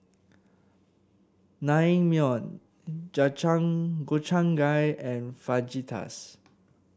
Naengmyeon Gobchang Gui and Fajitas